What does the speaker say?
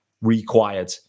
required